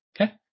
Okay